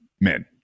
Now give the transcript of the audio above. men